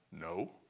No